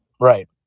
Right